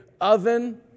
oven